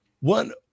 One